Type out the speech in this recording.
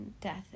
death